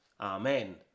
Amen